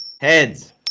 Heads